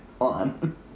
on